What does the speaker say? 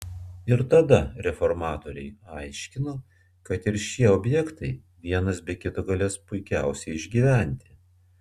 ir tada reformatoriai aiškino kad ir šie objektai vienas be kito galės puikiausiai išgyventi